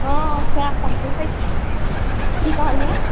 हँ सएहसभ देखय छियै की कहलियै